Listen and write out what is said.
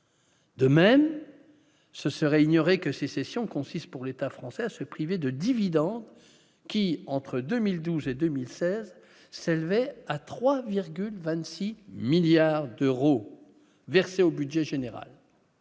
de même, ce serait ignorer que ces cessions consiste pour l'État français à se priver de dividendes qui entre 2012 et 2016 Selver à 3,26 milliards d'euros versés au budget général